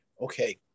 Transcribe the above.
Okay